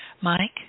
Mike